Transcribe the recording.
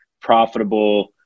profitable